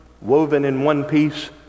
woven-in-one-piece